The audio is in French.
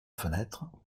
fenêtre